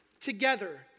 together